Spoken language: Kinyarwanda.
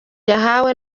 nahawe